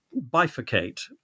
bifurcate